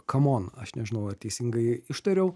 kamon aš nežinau ar teisingai ištariau